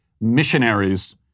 missionaries